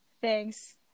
Thanks